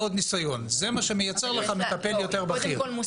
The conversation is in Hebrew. לעשות ב"סט-אפ" מלחמתי מבצעי לבין מה מותר לו לעשות